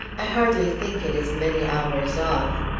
i hardly think it is many hours off.